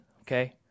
okay